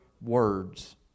words